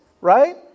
right